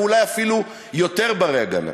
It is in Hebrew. ואולי אפילו יותר בני-הגנה,